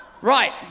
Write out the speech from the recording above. Right